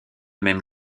même